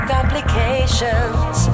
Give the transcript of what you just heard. complications